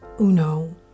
uno